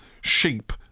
sheep